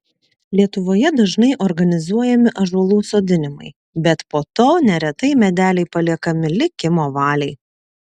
lietuvoje dažnai organizuojami ąžuolų sodinimai bet po to neretai medeliai paliekami likimo valiai